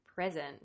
Present